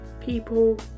people